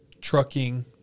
trucking